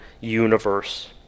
universe